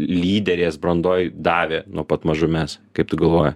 lyderės brandoj davė nuo pat mažumės kaip tu galvoji